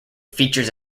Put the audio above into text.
features